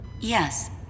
Yes